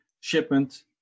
shipment